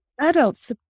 Adults